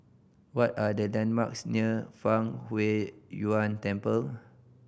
what are the landmarks near Fang Huo Yuan Temple